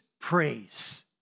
praise